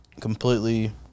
completely